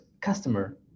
customer